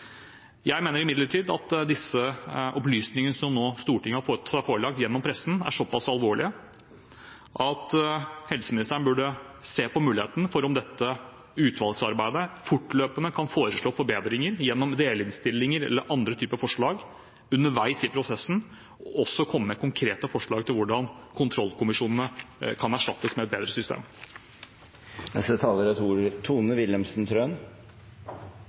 Jeg mener imidlertid at disse opplysningene som Stortinget nå har fått seg forelagt gjennom pressen, er såpass alvorlige at helseministeren burde se på muligheten for om dette utvalgsarbeidet fortløpende kan foreslå forbedringer gjennom delinnstillinger eller andre typer forslag, og underveis i prosessen også komme med konkrete forslag til hvordan kontrollkommisjonene kan erstattes med et bedre